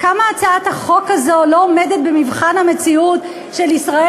כמה הוא לא עומד במבחן המציאות של ישראל